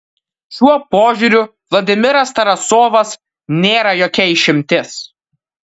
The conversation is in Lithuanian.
šiuo požiūriu vladimiras tarasovas nėra jokia išimtis